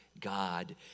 God